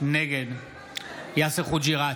נגד יאסר חוג'יראת,